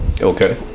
Okay